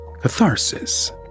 Catharsis